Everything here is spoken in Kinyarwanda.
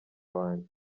wanjye